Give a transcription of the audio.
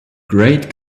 great